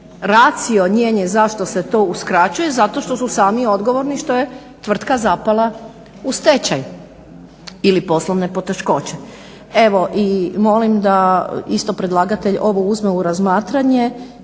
racionjenje zašto se to uskraćuje, zato što su sami odgovorni, što je tvrtka zapela u stečaj ili poslovne poteškoće. Evo i molim da isto predlagatelj ovo uzme u razmatranje